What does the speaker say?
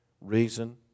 reason